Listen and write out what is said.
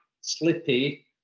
slippy